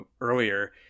earlier